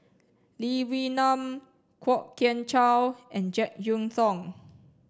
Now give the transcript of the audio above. Lee Wee Nam Kwok Kian Chow and Jek Yeun Thong